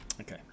okay